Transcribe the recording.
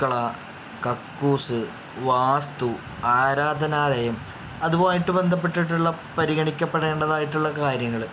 അടുക്കള കക്കൂസ്സ് വാസ്തു ആരാധനാലയം അതുവായിട്ട് ബന്ധപ്പെട്ടിട്ടുള്ള പരിഗണിക്കപ്പെടേണ്ടതായിട്ടുള്ള കാര്യങ്ങൾ